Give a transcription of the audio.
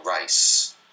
race